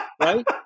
right